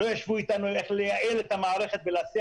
לא ישבו אתנו איך לייעל את המערכת ולהסיע